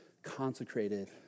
Consecrated